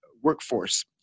workforce